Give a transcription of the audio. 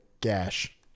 gash